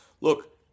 Look